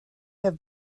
have